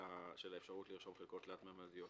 של האפשרות לרשום חלקות תלת מימדיות.